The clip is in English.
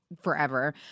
forever